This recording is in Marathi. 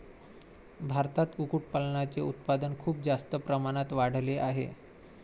भारतात कुक्कुटपालनाचे उत्पादन खूप जास्त प्रमाणात वाढले आहे